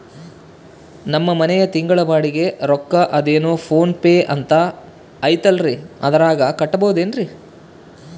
ನಮ್ಮ ಮನೆಯ ತಿಂಗಳ ಬಾಡಿಗೆ ರೊಕ್ಕ ಅದೇನೋ ಪೋನ್ ಪೇ ಅಂತಾ ಐತಲ್ರೇ ಅದರಾಗ ಕಟ್ಟಬಹುದೇನ್ರಿ?